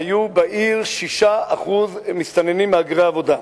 היו בעיר 6% מסתננים מהגרי עבודה.